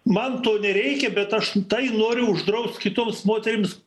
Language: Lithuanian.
man to nereikia bet aš tai noriu uždraust kitoms moterims